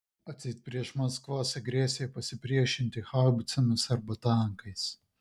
atseit prieš maskvos agresiją pasipriešinti haubicomis arba tankais